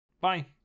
Bye